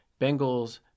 Bengals